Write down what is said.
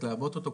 קצת לעבות אותו,